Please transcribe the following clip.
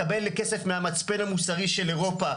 מקבל כסף מהמצפן המוסרי של אירופה,